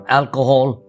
alcohol